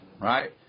Right